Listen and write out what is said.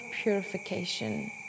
purification